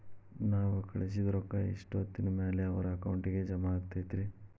ನಾವು ಕಳಿಸಿದ್ ರೊಕ್ಕ ಎಷ್ಟೋತ್ತಿನ ಮ್ಯಾಲೆ ಅವರ ಅಕೌಂಟಗ್ ಜಮಾ ಆಕ್ಕೈತ್ರಿ?